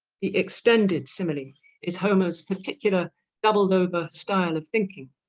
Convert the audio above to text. the extended simile is homer's particular doubled over style of thinking.